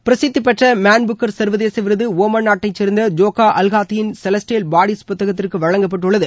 பிரசித்திப்பெற்ற Man Booker சா்வதேச விருது Oman நாட்டைச் சேன்ந்த ஜோக்கா அல்ஹாத்தியின் செலஸ்டேல் பாடிஸ் புத்தகத்திற்கு வழங்கப்பட்டுள்ளது